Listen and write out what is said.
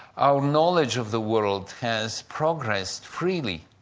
our knowledge of the world has progressed freely,